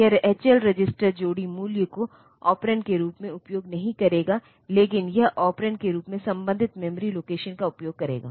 यह HL register जोड़ी मूल्य को ऑपरेंड के रूप में उपयोग नहीं करेगा लेकिन यह ऑपरेंड के रूप में संबंधित मेमोरी लोकेशन का उपयोग करेगा